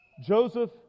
Joseph